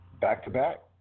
Back-to-back